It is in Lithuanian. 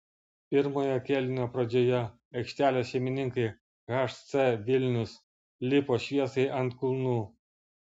pirmojo kėlinio pradžioje aikštelės šeimininkai hc vilnius lipo šviesai ant kulnų